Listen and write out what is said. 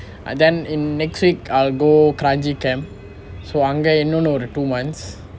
and then in next week I'll go kranji camp so அங்க இன்னொரு ஒரு:ango innoru oru two months